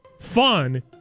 fun